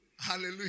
Hallelujah